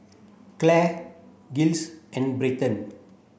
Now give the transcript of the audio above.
Clair Giles and Bryton